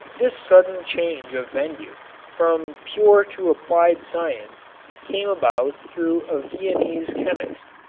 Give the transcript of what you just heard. this sudden change of venue from pure to applied science came about through a viennese chemist,